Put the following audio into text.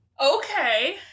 Okay